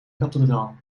kathedraal